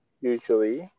usually